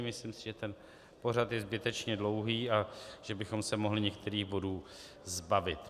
Myslím si, že pořad je zbytečně dlouhý a že bychom se mohli některých bodů zbavit.